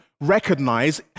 recognize